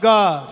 God